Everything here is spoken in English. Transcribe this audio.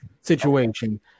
situation